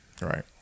Right